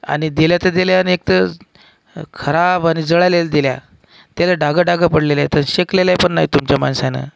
आणि दिल्या तर दिल्या आणि एकतर खराब आणि जळालेल दिल्या त्याला डागंडागं पडलेल्या आहेत शेकलेल्या पण नाही तुमच्या माणसानं